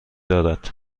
دارد